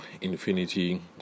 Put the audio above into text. infinity